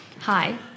Hi